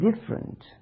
different